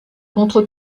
contre